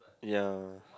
ya